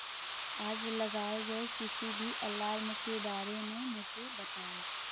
आज लगाए गए किसी भी अलार्म के बारे में मुझे बताओ